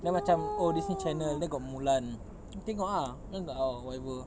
then macam oh disney channel then got mulan then tengok ah then like oh whatever